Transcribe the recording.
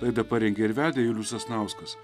laidą parengė ir vedė julius sasnauskas